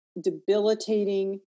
debilitating